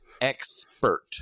expert